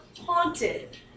haunted